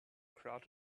crowd